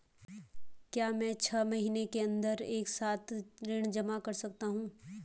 क्या मैं छः महीने के अन्दर एक साथ ऋण जमा कर सकता हूँ?